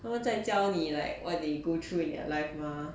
他们在教你 like what they are going through in their life mah